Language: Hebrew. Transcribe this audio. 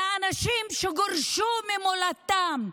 מאנשים שגורשו ממולדתם.